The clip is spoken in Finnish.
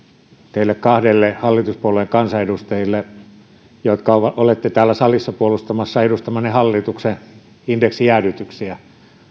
teille kahdelle hallituspuolueen kansanedustajalle jotka olette täällä salissa puolustamassa edustamanne hallituksen indeksijäädytyksiä